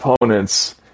opponents